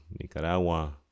Nicaragua